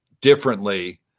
differently